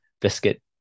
biscuit